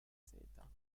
seta